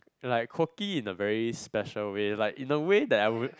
like quirky in a very special way like in a way that I would